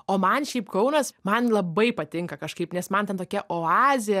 o man šiaip kaunas man labai patinka kažkaip nes man ten tokia oazė